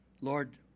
Lord